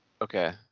Okay